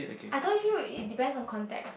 I told you it depend on context